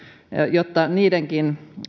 jotta niidenkin